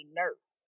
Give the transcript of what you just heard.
nurse